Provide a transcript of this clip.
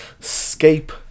Escape